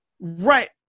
Right